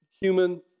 human